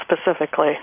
specifically